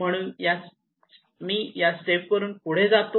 म्हणून मी या स्टेप वरून पुढे जातो